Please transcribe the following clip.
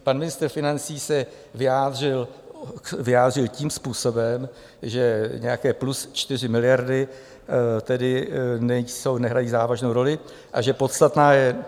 Pan ministr financí se vyjádřil tím způsobem, že nějaké plus 4 miliardy tedy nejsou, nehrají závažnou roli a že podstatná je...